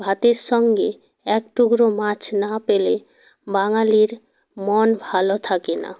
ভাতের সঙ্গে এক টুকরো মাছ না পেলে বাঙালির মন ভালো থাকে না